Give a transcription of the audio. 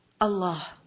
Allah